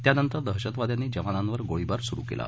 त्यानंतर दहशतवाद्यांनी जवानांवर गोळीबार सुरु केला